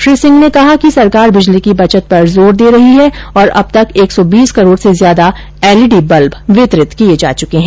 Shri R K Singh ने कहा कि सरकार बिजली की बचत पर जोर दे रही है और अब तक एक सौ बीस करोड़ से ज्यादा एलईडी बल्ब वितरित किये जा चुके हैं